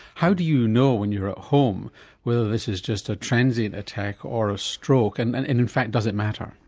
how do you know when you are at home whether this is just a transient attack or a stroke and and and in fact, does it matter?